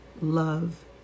love